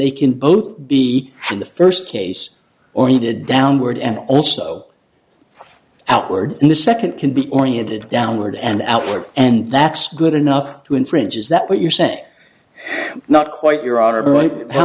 they can both be in the first case or needed downward and also outward and the second can be pointed downward and outward and that's good enough to infringe is that what you're saying not quite